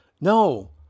no